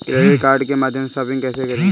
Credit card के माध्यम से शॉपिंग कैसे करें?